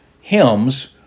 hymns